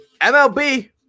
MLB